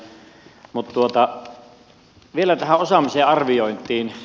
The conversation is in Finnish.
mutta vielä tähän osaamisen arviointiin